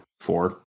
four